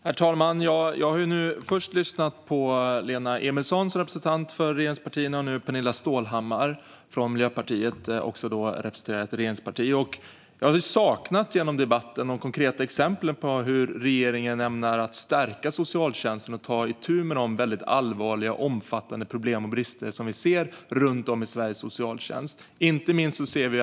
Herr talman! Jag har först lyssnat på Lena Emilsson, som är representant för ett regeringsparti, och nu Pernilla Stålhammar från Miljöpartiet som också är ett regeringsparti. Jag har i debatten saknat konkreta exempel på hur regeringen ämnar stärka socialtjänsten och ta itu med de allvarliga och omfattande problem och brister som vi ser i socialtjänsten runt om i Sverige.